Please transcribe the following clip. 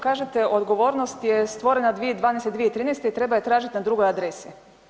Kažete odgovornost je stvorena 2012. i 2013. i treba je tražiti na drugoj adresi.